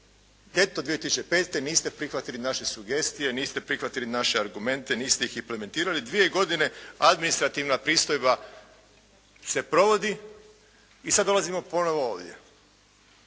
eto 2005. niste prihvatili naše sugestije, niste prihvatili naše argumente, niste ih implementirali, dvije godine administrativna pristojba se provodi i sada dolazimo ponovo ovdje.